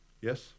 Yes